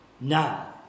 now